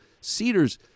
Cedars